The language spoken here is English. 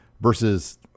versus